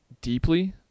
deeply